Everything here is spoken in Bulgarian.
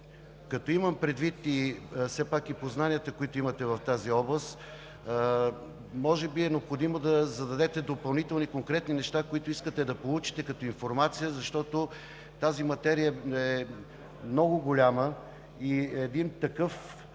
Като имам предвид все пак и познанията, които имате в тази област, може би е необходимо да зададете допълнителни конкретни неща, които искате да получите като информация, защото тази материя е много голяма и такъв